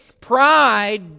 pride